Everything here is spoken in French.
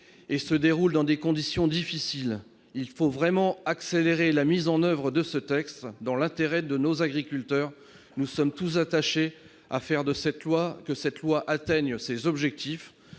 et se déroulent dans des conditions difficiles. Il faut vraiment accélérer la mise en oeuvre de ce texte. Dans l'intérêt de nos agriculteurs, nous sommes tous attachés à faire en sorte que cette loi atteigne ses objectifs.